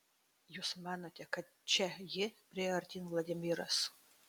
jūs manote kad čia ji priėjo artyn vladimiras